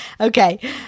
Okay